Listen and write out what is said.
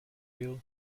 wheel